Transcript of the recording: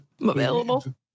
Available